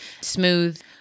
smooth